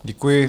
Děkuji.